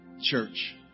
church